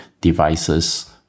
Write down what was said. devices